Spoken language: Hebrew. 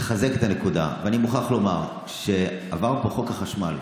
לחזק את הנקודה: אני מוכרח לומר שכשעבר פה חוק החשמל,